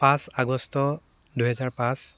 পাঁচ আগষ্ট দুহেজাৰ পাঁচ